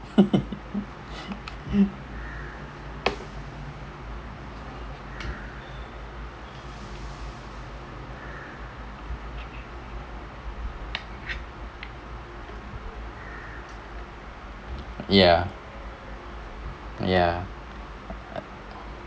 ya ya